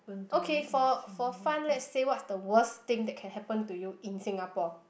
okay for for fun let's say what's the worst thing that can happen to you in Singapore